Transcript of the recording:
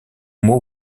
mots